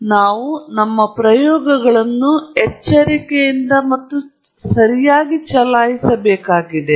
ಆದ್ದರಿಂದ ನಾವು ನಮ್ಮ ಪ್ರಯೋಗಗಳನ್ನು ಎಚ್ಚರಿಕೆಯಿಂದ ಮತ್ತು ಸರಿಯಾಗಿ ಚಲಾಯಿಸಬೇಕಾಗಿದೆ